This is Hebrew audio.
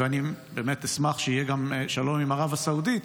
ואני באמת אשמח שיהיה שלום גם עם ערב הסעודית.